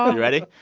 um and ready?